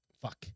Fuck